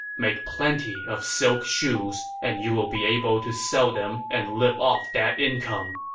make plenty of silk shoes, and you will be able to sell them and live off that income.